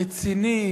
רציני,